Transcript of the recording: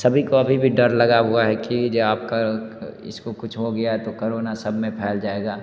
सभी को अभी भी डर लगा हुआ है कि जो आपका इसको कुछ हो गया तो करोना सब में फैल जाएगा